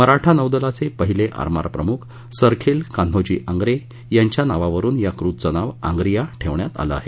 मराठा नौदलाचे पहिले आरमार प्रमुख सरखेल कान्होजी आंग्रे यांच्या नावावरून या क्रूझचं नाव आंग्रीया ठेवण्यात आलं आहे